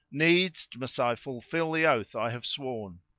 needs must i fulfil the oath i have sworn.